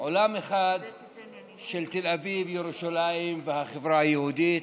עולם אחד של תל אביב, ירושלים והחברה היהודית,